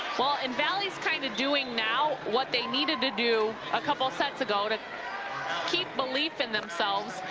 ah and valley is kind of doing now what they needed to do a couple of sets ago to keep belief in themselves.